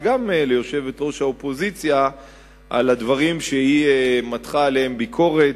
וגם ליושבת-ראש האופוזיציה על הדברים שהיא מתחה עליהם ביקורת,